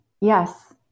Yes